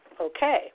okay